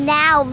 now